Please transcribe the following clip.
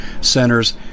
centers